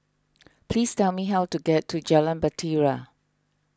please tell me how to get to Jalan Bahtera